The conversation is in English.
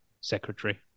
secretary